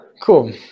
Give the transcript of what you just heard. Cool